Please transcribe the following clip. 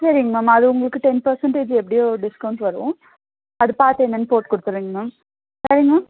சரிங்க மேம் அது உங்களுக்கு டென் பர்சன்டேஜ் எப்படியோ டிஸ்கவுண்ட் வரும் அது பார்த்து என்னன்னு போட்டு கொடுத்துர்றேங்க மேம் வேறுங்க மேம்